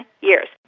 years